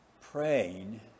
praying